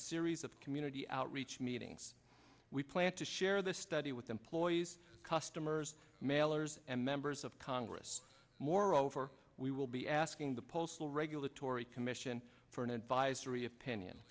series of community outreach meetings we plan to share the study with employees customers mailers and members of congress moreover we will be asking the postal regulatory commission for an advisory opinion